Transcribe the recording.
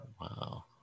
wow